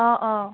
অঁ অঁ